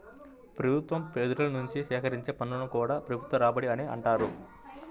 ప్రభుత్వం ప్రజల నుంచి సేకరించే పన్నులను కూడా ప్రభుత్వ రాబడి అనే అంటారు